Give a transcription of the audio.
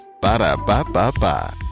Ba-da-ba-ba-ba